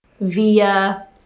via